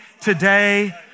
today